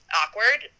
awkward